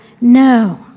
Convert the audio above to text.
No